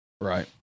right